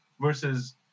versus